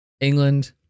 England